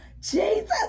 Jesus